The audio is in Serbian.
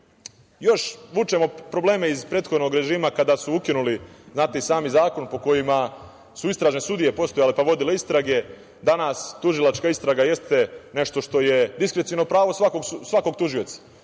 vučemo probleme iz prethodnog režima kada su ukinuli, znate i sami, zakon po kojem su istražne sudije postojale, pa vodile istrage. Danas tužilačka istraga jeste nešto što je diskreciono pravo svakog tužioca,